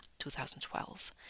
2012